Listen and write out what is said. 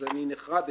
אז אני נחרדתי.